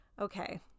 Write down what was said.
okay